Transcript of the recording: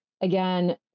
again